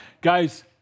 Guys